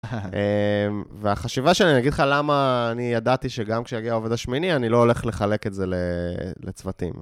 והחשיבה שלי, אני אגיד לך למה אני ידעתי שגם כשיגיע העובד שמיני אני לא הולך לחלק את זה לצוותים.